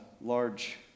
large